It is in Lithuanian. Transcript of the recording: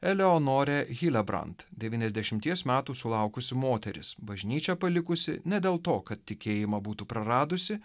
eleonore hilebrand devyniasdešimties metų sulaukusi moteris bažnyčią palikusi ne dėl to kad tikėjimą būtų praradusi